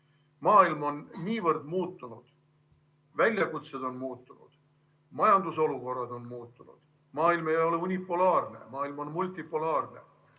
Maailm on niivõrd muutunud, väljakutsed on muutunud, majandusolukorrad on muutunud. Maailm ei ole unipolaarne, maailm on multipolaarne.